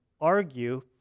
argue